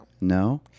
No